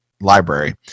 library